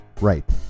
right